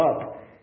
up